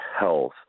health